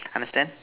understand